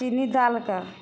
चीनी डालिके हलुआ बनाबै छलिए